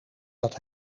dat